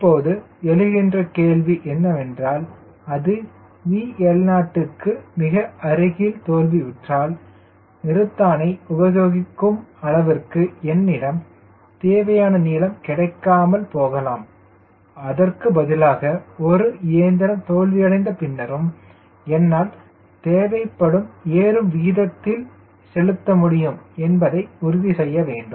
இப்போது எழுகின்ற கேள்வி என்னவென்றால் அது VL0 க்கு மிக அருகில் தோல்வியுற்றால் நிறத்தானை உபயோகிக்கும் அளவிற்கு என்னிடம் தேவையான நீளம் கிடைக்காமல் போகலாம் அதற்கு பதிலாக ஒரு இயந்திரம் தோல்வியடைந்த பின்னரும் என்னால் தேவைப்படும் ஏறும் வீதத்தில் செலுத்த முடியும் என்பதை உறுதி செய்ய வேண்டும்